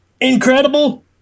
incredible